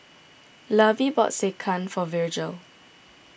Lovie bought Sekihan for Virgel